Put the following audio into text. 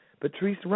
Patrice